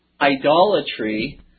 idolatry